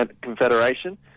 Confederation